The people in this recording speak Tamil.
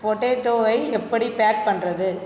பொட்டேட்டோவை எப்படி பேக் பண்ணுறது